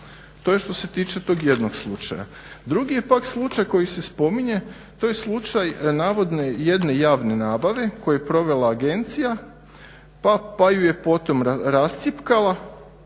To je što se tiče tog jednog slučaja. Drugi je pak slučaj koji se spominje, to je slučaj navodne, jedne javne nabave koju je provela agencija pa ju je potom rascjepkala,